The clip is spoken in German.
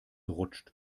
rutscht